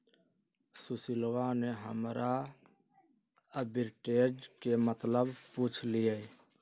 सुशीलवा ने हमरा आर्बिट्रेज के मतलब पूछ लय